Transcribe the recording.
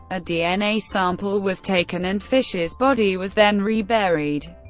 a dna sample was taken and fischer's body was then reburied.